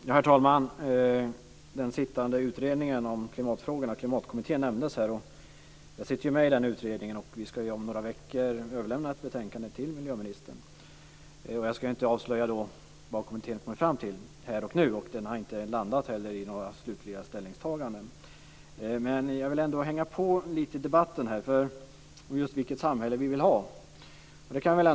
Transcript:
Herr talman! Klimatkommittén nämndes här, och jag sitter ju med i den utredningen. Om några veckor ska vi överlämna ett betänkande till miljöministern. Jag ska inte avslöja här och nu vad kommittén har kommit fram till, men den har ännu inte landat i några slutliga ställningstaganden. Men jag vill ändå hänga på i debatten om vilket samhälle vi vill ha.